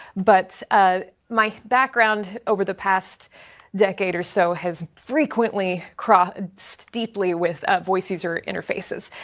but ah my background over the past decade or so has frequently crossed steeply with ah voice user interfaces.